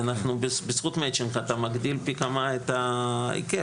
בזכות מצ'ינג אתה מגדיל פי כמה את ההיקף.